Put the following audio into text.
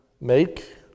make